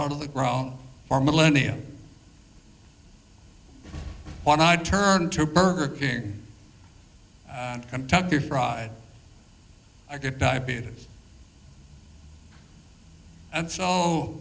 all the grown for millennia when i turn to burger king and kentucky fried i get diabetes and so